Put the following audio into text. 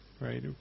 right